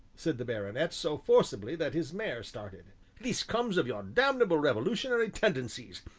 said the baronet, so forcibly that his mare started this comes of your damnable revolutionary tendencies.